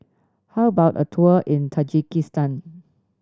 how about a tour in Tajikistan